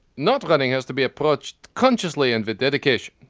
not running has to be approached consciously and with dedication.